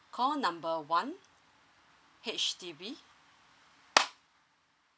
call number one H_D_B